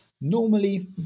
normally